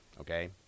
okay